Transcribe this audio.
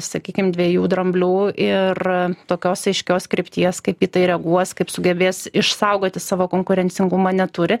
sakykim dviejų dramblių ir tokios aiškios krypties kaip į tai reaguos kaip sugebės išsaugoti savo konkurencingumą neturi